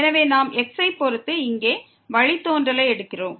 எனவே நாம் x ஐ பொறுத்து இங்கே வழித்தோன்றலை எடுக்கிறோம்